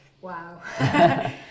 Wow